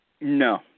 No